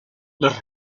los